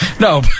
no